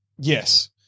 Yes